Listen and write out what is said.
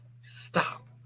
stop